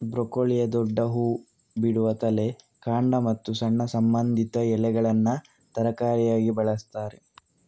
ಬ್ರೊಕೊಲಿಯ ದೊಡ್ಡ ಹೂ ಬಿಡುವ ತಲೆ, ಕಾಂಡ ಮತ್ತು ಸಣ್ಣ ಸಂಬಂಧಿತ ಎಲೆಗಳನ್ನ ತರಕಾರಿಯಾಗಿ ಬಳಸ್ತಾರೆ